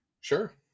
Sure